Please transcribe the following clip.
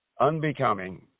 unbecoming